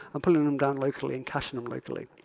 and pulling them down locally and caching them locally.